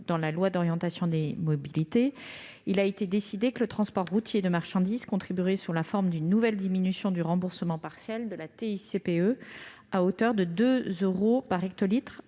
dans la loi d'orientation des mobilités, il a été décidé que le transport routier de marchandises contribuerait sous la forme d'une nouvelle diminution du remboursement partiel de la TICPE à hauteur de 2 euros par hectolitre